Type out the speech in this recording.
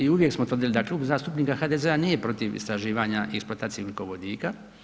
I uvijek smo tvrdili da Klub zastupnika HDZ-a nije protiv istraživanja i eksploataciju ugljikovodika.